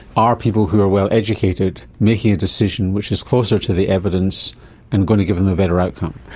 are people who are well educated making a decision which is closer to the evidence and going to give them a better outcome?